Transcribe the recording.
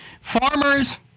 farmers